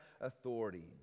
authority